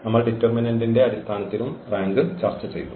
നമ്മൾ ഡിറ്റർമിനന്റിന്റെ അടിസ്ഥാനത്തിലും റാങ്ക് ചർച്ചചെയ്തു